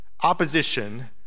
opposition